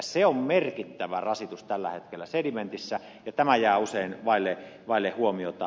se on merkittävä rasitus tällä hetkellä sedimentissä ja tämä jää usein vaille huomiota